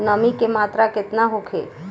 नमी के मात्रा केतना होखे?